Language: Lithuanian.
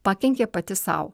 pakenkė pati sau